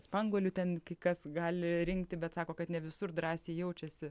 spanguolių ten kai kas gali rinkti bet sako kad ne visur drąsiai jaučiasi